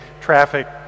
traffic